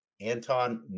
Anton